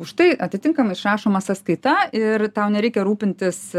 už tai atitinkamai išrašoma sąskaita ir tau nereikia rūpintis